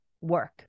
work